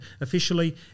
officially